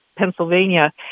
Pennsylvania